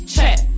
Check